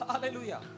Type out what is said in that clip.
Hallelujah